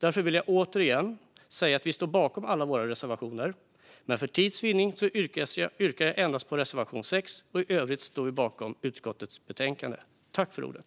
Jag vill återigen säga att jag står bakom alla våra reservationer i betänkandet, men för tids vinnande yrkar jag bifall endast till reservation 6. I övrigt står jag bakom utskottets förslag i betänkandet.